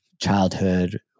childhood